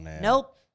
nope